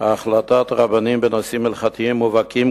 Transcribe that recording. החלטות רבנים בנושאים הלכתיים מובהקים,